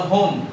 Home